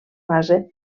base